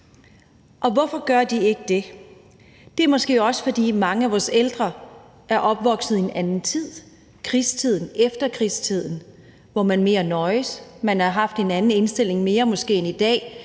Og hvorfor gør de ikke det? Det er måske, fordi mange af vores ældre er opvokset i en anden tid, krigstiden og efterkrigstiden, hvor man mere nøjedes, og hvor man måske har haft en anden indstilling end i dag.